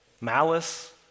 malice